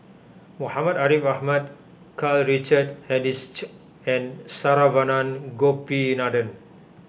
Muhammad Ariff Ahmad Karl Richard Hanitsch and Saravanan Gopinathan